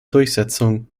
durchsetzung